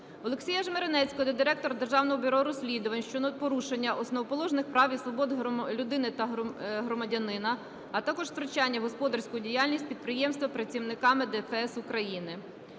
Олексія Жмеренецького до директора Державного бюро розслідувань щодо порушення основоположних прав і свобод людини та громадянина, а також втручання в господарську діяльність підприємства працівниками ДФС України.